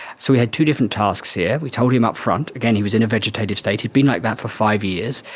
so we had two different tasks here. we told him upfront, again, he was in a vegetative state, he'd been like that for five years.